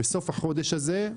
בסוף החודש הזה,